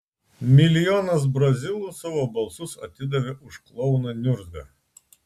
milijonas brazilų savo balsus atidavė už klouną niurzgą